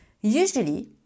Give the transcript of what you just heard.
Usually